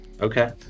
Okay